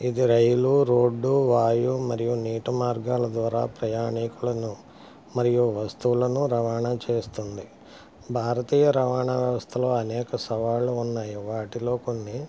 ఇది రైలు రోడ్డు వాయువు మరియు నీటి మార్గాల ద్వారా ప్రయాణీకులను మరియు వస్తువులను రవాణా చేస్తుంది భారతీయ రవాణా వ్యవస్థలో అనేక సవాళ్ళు ఉన్నాయి వాటిలో కొన్ని